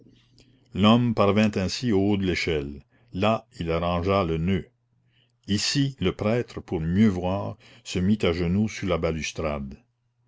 l'homme parvint ainsi au haut de l'échelle là il arrangea le noeud ici le prêtre pour mieux voir se mit à genoux sur la balustrade